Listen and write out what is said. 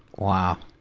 wow.